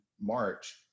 March